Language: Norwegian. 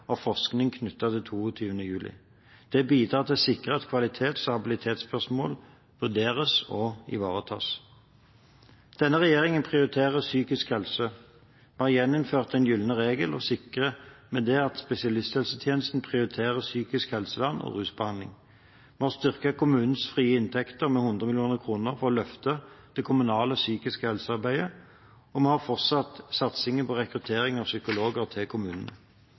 og forskning knyttet til 22. juli. Det bidrar til å sikre at kvalitets- og habilitetsspørsmål vurderes og ivaretas. Denne regjeringen prioriterer psykisk helse. Vi har gjeninnført den gylne regel og sikrer med det at spesialisthelsetjenesten prioriterer psykisk helsevern og rusbehandling. Vi har styrket kommunenes frie inntekter med 100 mill. kr for å løfte det kommunale psykiske helsearbeidet, og vi har fortsatt satsingen på rekruttering av psykologer til kommunene.